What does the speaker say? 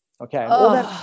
Okay